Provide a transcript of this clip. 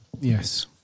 Yes